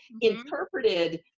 interpreted